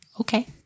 Okay